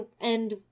and-